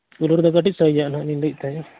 cooler ᱫᱚ ᱠᱟᱹᱴᱤᱡ ᱥᱟᱭᱤᱡᱟᱜ ᱦᱟᱸᱜ ᱞᱤᱧ ᱞᱟᱹᱭᱮᱫ ᱛᱟᱦᱮᱸᱫ